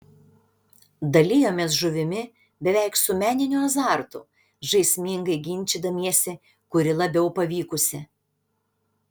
dalijomės žuvimi beveik su meniniu azartu žaismingai ginčydamiesi kuri labiau pavykusi